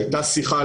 הכיפורים.